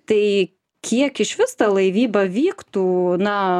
tai kiek išvis ta laivyba vyktų na